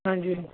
ਹਾਂਜੀ